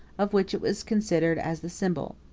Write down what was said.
of which it was considered as the symbol.